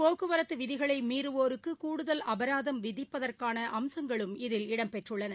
போக்குவரத்துவிதிகளைமீறுவோருக்குகூடுதல் விதிப்பதற்கானஅம்சங்களும் இதில் இடம்பெற்றுள்ளது